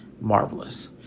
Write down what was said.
marvelous